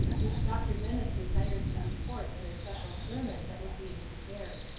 which dr. dennis desired to report in a special sermon that was being prepared.